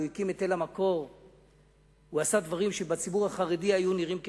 הוא הקים את "אל המקור",